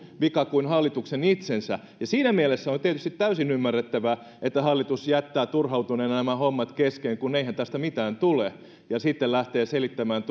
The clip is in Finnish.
vika kuin hallituksen itsensä ja siinä mielessä on tietysti täysin ymmärrettävää että hallitus jättää turhautuneena nämä hommat kesken kun eihän tästä mitään tule ja sitten lähtee selittämään